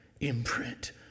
imprint